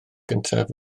gyntaf